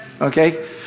Okay